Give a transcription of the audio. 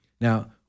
Now